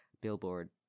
billboard